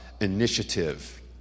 initiative